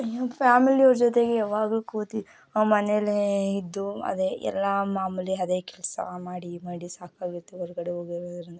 ಇನ್ನು ಫ್ಯಾಮಿಲಿಯವ್ರ ಜೊತೆಗೆ ಯಾವಾಗಲೂ ಕೂತು ಮನೇಲೆ ಇದ್ದು ಅದೇ ಎಲ್ಲ ಮಾಮೂಲಿ ಅದೇ ಕೆಲಸ ಮಾಡಿ ಮಾಡಿ ಸಾಕಾಗುತ್ತೆ ಹೊರಗಡೆ